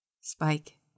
Spike